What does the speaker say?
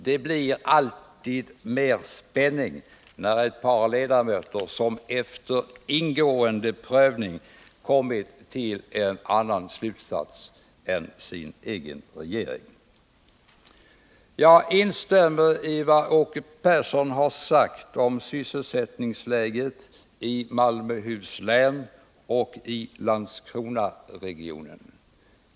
Det blir alltid mer spännande när ett par borgerliga ledamöter efter ingående prövning av en fråga kommer till en annan slutsats än den borgerliga regeringen. Jag instämmer i vad Åke Persson sagt om sysselsättningsläget i Malmöhus län och i Landskronaregionen.